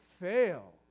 fail